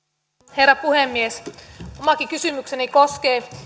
herra puhemies omakin kysymykseni koskee